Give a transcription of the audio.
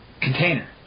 container